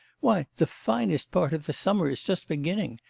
why, the finest part of the summer is just beginning.